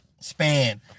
span